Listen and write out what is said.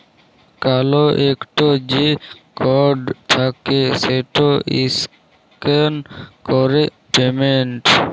কাল ইকট যে কড থ্যাকে সেট ইসক্যান ক্যরে পেমেল্ট